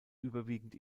überwiegend